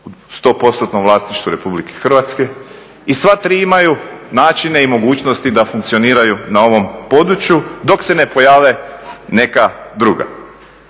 u 100%-tnom vlasništvu Republike Hrvatske i sva tri imaju načine i mogućnosti da funkcioniraju na ovom području dok se ne pojave neka druga.